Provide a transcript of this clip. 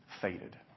faded